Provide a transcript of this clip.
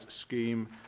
scheme